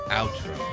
outro